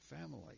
family